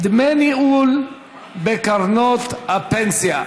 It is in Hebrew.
דמי ניהול בקרנות הפנסיה.